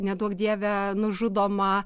neduok dieve nužudoma